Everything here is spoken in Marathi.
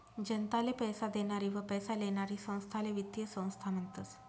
जनताले पैसा देनारी व पैसा लेनारी संस्थाले वित्तीय संस्था म्हनतस